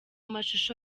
amashusho